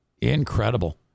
Incredible